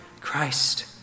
Christ